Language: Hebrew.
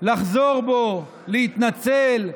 לחזור בו, להתנצל,